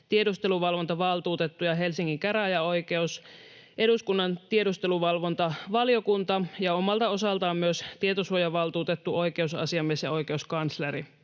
tiedusteluvalvontavaltuutettu ja Helsingin käräjäoikeus, eduskunnan tiedusteluvalvontavaliokunta ja omalta osaltaan myös tietosuojavaltuutettu, oikeusasiamies ja oikeuskansleri.